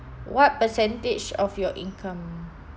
what percentage of your income